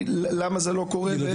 למה זה לא קורה --- לא.